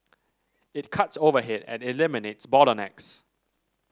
it cuts overhead and eliminates bottlenecks